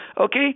okay